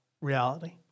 reality